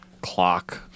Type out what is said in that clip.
clock